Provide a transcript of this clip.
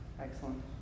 Excellent